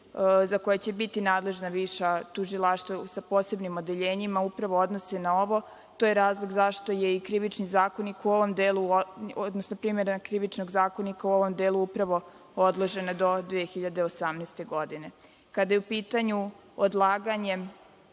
za koja će biti nadležna viša tužilaštva sa posebnim odeljenjima, upravo odnose na ovo, to je razlog zašto je i Krivični zakonik, odnosno primena Krivičnog zakonika u ovom delu upravo odložena do 2018. godine. Kada je u pitanju odlaganje